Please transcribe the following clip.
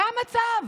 זה המצב,